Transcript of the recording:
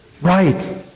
Right